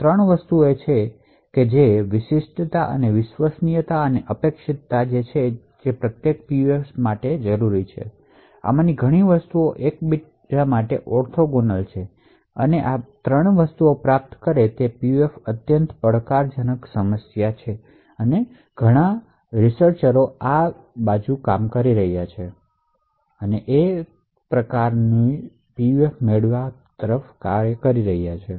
આ 3 વસ્તુઓ છે જે વિશિષ્ટતા વિશ્વસનીયતા અને અપેક્ષિતતા છે જે પ્રત્યેક પીયુએફમાટે જરૂરી છે આમાંની ઘણી વસ્તુઓ એકબીજા માટે ઓર્થોગોનલ છે અને બધી 3 પ્રાપ્ત કરે છે અને તે જ પીયુએફઅત્યંત પડકારજનક સમસ્યા છે અને ઘણા સંશોધકો આ બધા 3 સુવિધાઓને પ્રાપ્ત કરી શકે તેવા ડિઝાઇન પીયુએફબનાવવા માટે કામ કરી રહ્યાં છે